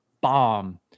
bomb